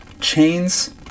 chains